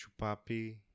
Chupapi